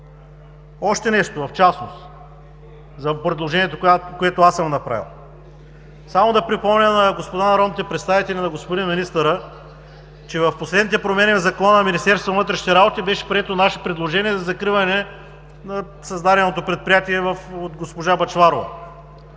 Още нещо в частност за предложението, което съм направил. Само да припомня на господа народните представители и на господин Министъра, че в последните промени в Закона на Министерството на вътрешните работи беше прието наше предложение за закриване на създаденото предприятие от госпожа Бъчварова.